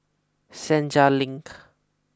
Senja Link